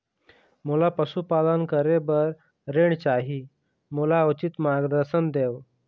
मोला पशुपालन करे बर ऋण चाही, मोला उचित मार्गदर्शन देव?